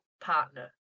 partner